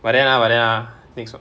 but then ah but then ah next o~